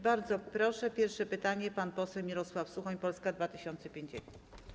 Bardzo proszę, pierwsze pytanie zada pan poseł Mirosław Suchoń, Polska 2050.